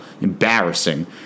Embarrassing